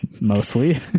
mostly